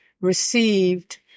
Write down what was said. received